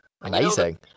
Amazing